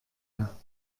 her